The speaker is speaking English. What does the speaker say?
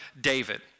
David